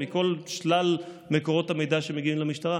מכל שלל מקורות המידע שמגיעים למשטרה,